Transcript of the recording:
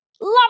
Love